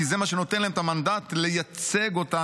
כי זה מה שנותן להם את המנדט לייצג אותנו,